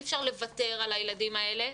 אי אפשר לוותר על הילדים האלה.